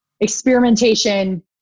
experimentation